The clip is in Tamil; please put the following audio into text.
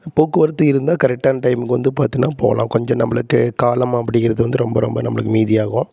போக்குவரத்து இருந்தால் கரெக்டான டைமுக்கு வந்து பார்த்தீனா போகலாம் கொஞ்சம் நம்மளுக்கு காலம் அப்படிங்கிறது வந்து ரொம்ப ரொம்ப நம்மளுக்கு மீதி ஆகும்